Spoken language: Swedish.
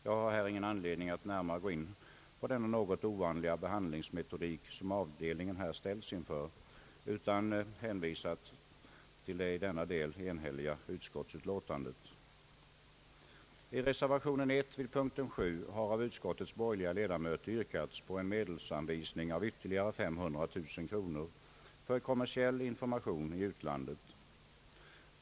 Jag har ingen anledning att närmare gå in på den något ovanliga behandlingsmetodik som avdelningen här ställts inför, utan hänvisar till det i denna del enhälliga utskottsutlåtandet. på en medelsanvisning av ytterligare 500 000 kronor för kommersiell information i utlandet.